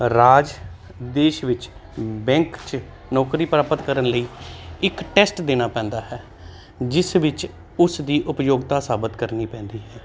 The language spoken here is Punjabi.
ਰਾਜ ਦੇਸ਼ ਵਿੱਚ ਬੈਂਕ 'ਚ ਨੌਕਰੀ ਪ੍ਰਾਪਤ ਕਰਨ ਲਈ ਇੱਕ ਟੈਸਟ ਦੇਣਾ ਪੈਂਦਾ ਹੈ ਜਿਸ ਵਿੱਚ ਉਸ ਦੀ ਉਪਯੋਗਤਾ ਸਾਬਿਤ ਕਰਨੀ ਪੈਂਦੀ ਹੈ